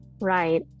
Right